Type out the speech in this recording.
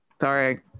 Sorry